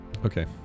Okay